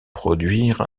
produire